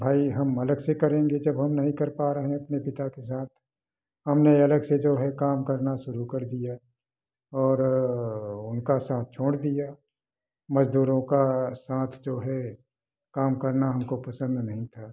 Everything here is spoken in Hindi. भाई हम अलग से करेंगे जब हम नहीं कर पा रहें अपने पिता के साथ हमने अलग से जो है काम करना शुरू कर दिया और उनका साथ छोड़ दिया मजदूरों का साथ जो है काम करना हमको पसंद नहीं था